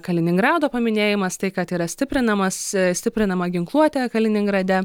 kaliningrado paminėjimas tai kad yra stiprinamas stiprinama ginkluotė kaliningrade